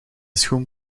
schoen